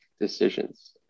decisions